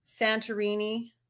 Santorini